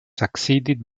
succeeded